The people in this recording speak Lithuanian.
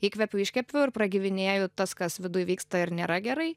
įkvepiu iškvepiu ir pragyvinėju tas kas viduj vyksta ir nėra gerai